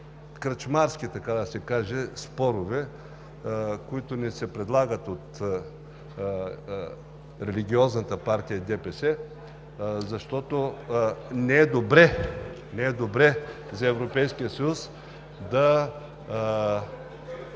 кръчмарски, така да се каже, спорове, които ни се предлагат от религиозната партия ДПС, защото не е добре за Европейския съюз.